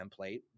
template